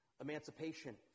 emancipation